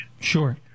Sure